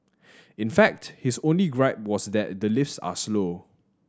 in fact his only gripe was that the lifts are slow